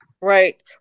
Right